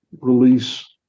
release